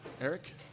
Eric